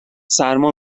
سرما